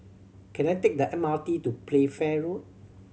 can I take the M R T to Playfair Road